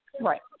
Right